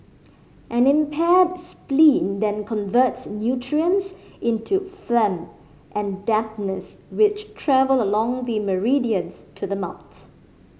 an impaired spleen then converts nutrients into phlegm and dampness which travel along the meridians to the mouth